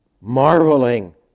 marveling